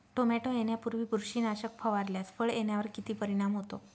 Tomato येण्यापूर्वी बुरशीनाशक फवारल्यास फळ येण्यावर किती परिणाम होतो?